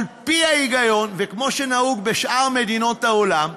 על-פי ההיגיון, וכמו שנהוג בשאר מדינות העולם,